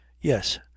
yes